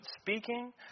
speaking